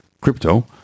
Crypto